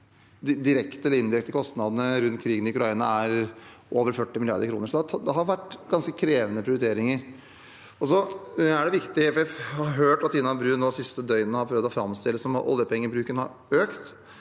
de direkte eller indirekte kostnadene rundt krigen i Ukraina er på over 40 mrd. kr. Det har vært ganske krevende prioriteringer. Jeg har hørt at Tina Bru det siste døgnet har prøvd å framstille det som om oljepengebruken har økt.